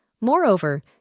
Moreover